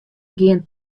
gean